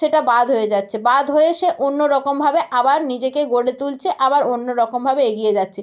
সেটা বাদ হয়ে যাচ্ছে বাদ হয়ে সে অন্য রকমভাবে আবার নিজেকে গড়ে তুলছে আবার অন্য রকমভাবে এগিয়ে যাচ্ছে